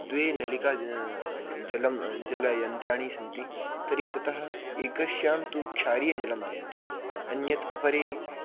द्वे नलिका जलं जलयन्त्राणि सन्ति तर्हि ततः एकस्यां तु क्षारीयजलं आयाति अन्यत् अपरे